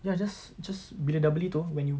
ya just just bila dah beli itu when you